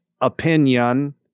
opinion